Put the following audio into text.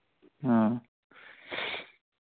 ꯑꯥ